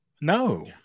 no